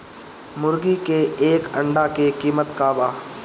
मुर्गी के एक अंडा के कीमत का बा?